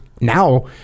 Now